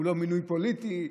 הוא לא מינוי פוליטי,